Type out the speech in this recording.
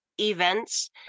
events